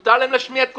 מותר להם להשמיע את כולם,